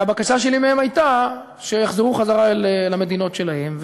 והבקשה שלי מהם הייתה שיחזרו אל המדינות שלהם,